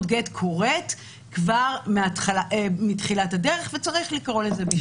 הגט קורית כבר מתחילת הדרך וצריך לקרוא לזה בשמו.